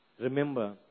Remember